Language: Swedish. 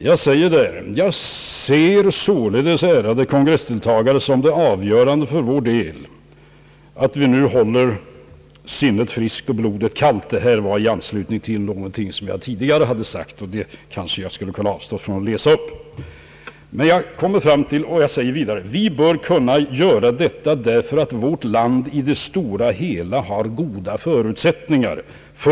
Jag säger i mitt föredrag bl.a.: »Jag ser således, ärade kongressdeltagare, som det avgörande för vår del att vi nu håller sinnet friskt och blodet kallt« — detta var i anslutning till något som jag tidigare hade sagt, och det kanske jag kan avstå ifrån att läsa upp. Jag säger vidare: »Vi bör kunna göra detta därför att vårt land i det stora hela har goda förutsättningar.